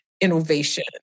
innovation